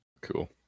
Cool